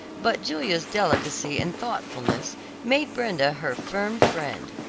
but julia's delicacy and thoughtfulness made brenda her firm friend.